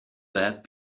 let